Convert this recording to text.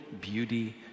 beauty